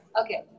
Okay